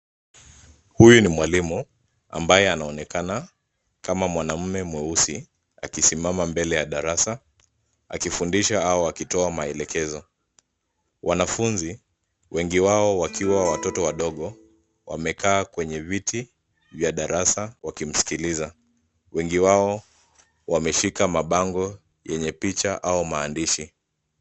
Huyu ni mwalimu ambaye anaonekana kama mwanaume mweusi akisimama mbele ya darasa akifundisha au akitoa maelekezo wanafunzi wengi wao wakiwa watoto wadogo wamekaa kwenye viti vya darasa wakimsikiliza wengi wao wameshika mabango yenye picha au maandishi.